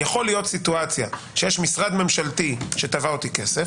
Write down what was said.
יכולה להיות סיטואציה שיש משרד ממשלתי שתבע אותי כסף.